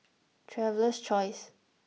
Traveler's Choice